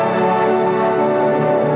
or